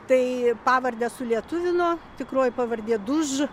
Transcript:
tai pavardes sulietuvino tikroji pavardė duž